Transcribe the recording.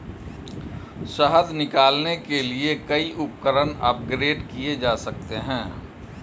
शहद निकालने के लिए कई उपकरण अपग्रेड किए जा सकते हैं